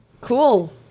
cool